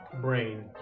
brain